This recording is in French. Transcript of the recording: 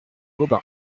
gobain